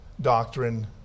doctrine